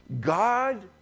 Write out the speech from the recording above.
God